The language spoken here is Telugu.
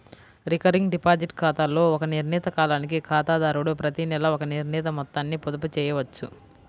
రికరింగ్ డిపాజిట్ ఖాతాలో ఒక నిర్ణీత కాలానికి ఖాతాదారుడు ప్రతినెలా ఒక నిర్ణీత మొత్తాన్ని పొదుపు చేయవచ్చు